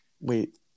wait